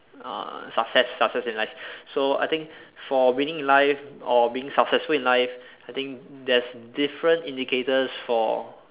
uh success success in life so I think for winning in life or being successful in life I think there's different indicators for